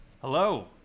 Hello